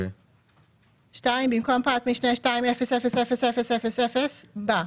במקום פרט משנה 200000 בא: